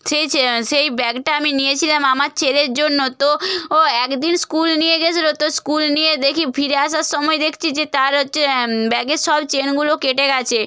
সেই চ্ সেই ব্যাগটা আমি নিয়েছিলাম আমার ছেলের জন্য তো ও এক দিন স্কুল নিয়ে গিয়েছিল তো স্কুল নিয়ে দেখি ফিরে আসার সময় দেখছি যে তার হচ্ছে ব্যাগের সব চেনগুলো কেটে গিয়েছে